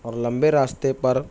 اور لمبے راستے پر